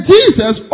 Jesus